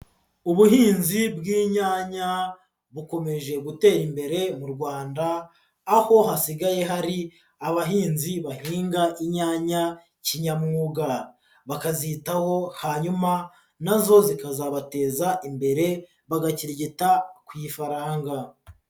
Ubuhinzi bw'inyanya bukomeje gutera imbere mu Rwanda, aho hasigaye hari abahinzi bahinga inyanya kinyamwuga, bakazitaho hanyuma na zo zikazabateza imbere, bagakirigita ku ifaranga.